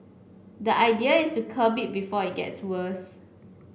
the idea is to curb before it gets worse